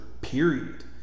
period